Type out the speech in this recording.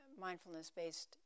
mindfulness-based